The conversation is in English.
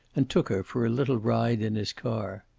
and took her for a little ride in his car.